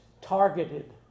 targeted